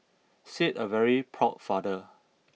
said a very proud father